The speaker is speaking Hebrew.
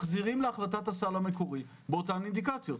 מחזירים להחלטת הסל המקורי באותן אינדיקציות.